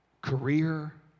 career